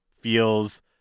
feels